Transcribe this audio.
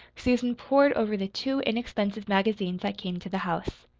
susan pored over the two inexpensive magazines that came to the house.